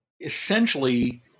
essentially